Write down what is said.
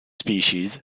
species